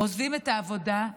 עוזבים את העבודה,